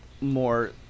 more